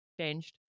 changed